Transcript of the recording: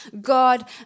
God